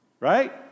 right